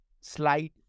slide